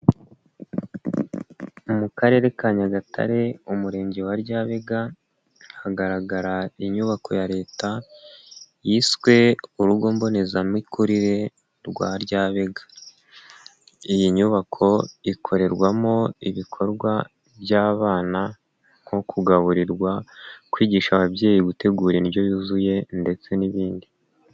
Mu Karere ka Nyagatare, Umurenge wa Ryabega, hagaragara inyubako ya leta yiswe Urugo mbonezamikurire rwa Ryabega. Iyi nyubako ikorerwamo ibikorwa by'abana nko kugaburirwa, kwigisha ababyeyi gutegura indyo yuzuye ndetse n'ibindi.